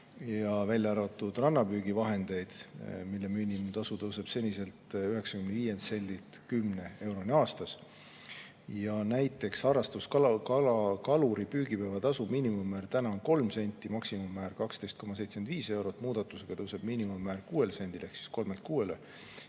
välja arvatud rannapüügivahendid, mille miinimumtasu tõuseb seniselt 95 sendilt 10 euroni aastas. Näiteks harrastuskaluri püügipäevatasu miinimummäär on praegu 3 senti, maksimummäär on 12,75 eurot, muudatusega tõuseb miinimum 6 sendile ehk 3‑lt